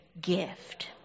gift